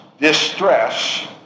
distress